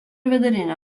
vidurinę